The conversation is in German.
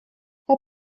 herr